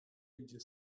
idzie